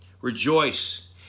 Rejoice